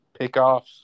pickoffs